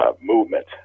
movement